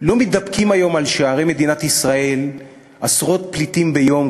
לא מתדפקים היום על שערי מדינת ישראל עשרות פליטים ביום,